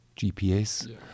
GPS